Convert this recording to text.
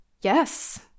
yes